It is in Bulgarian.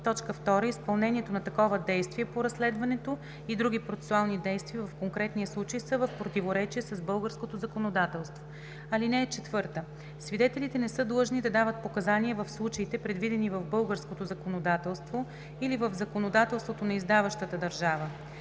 това, или 2. изпълнението на такова действие по разследването и други процесуални действия в конкретния случай са в противоречие с българското законодателство. (4) Свидетелите не са длъжни да дават показания в случаите, предвидени в българското законодателство или в законодателството на издаващата държава.